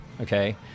Okay